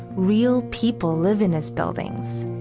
real people live in his buildings.